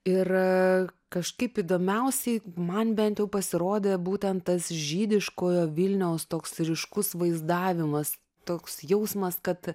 ir kažkaip įdomiausiai man bent jau pasirodė būtent tas žydiškojo vilniaus toks ryškus vaizdavimas toks jausmas kad